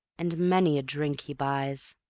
and many a drink he buys,